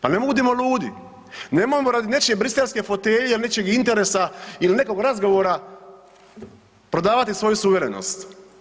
Pa ne budimo ludi, nemojmo radi nečije briselske fotelje ili nečijeg interesa il nekog razgovora prodavati svoju suverenost.